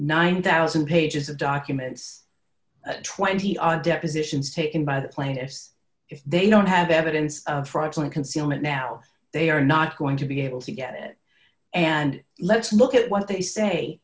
nine thousand pages of documents twenty odd depositions taken by the plaintiffs if they don't have evidence of fraudulent concealment now they are not going to be able to get it and let's look at what they say